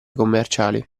commerciali